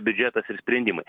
biudžetas ir sprendimai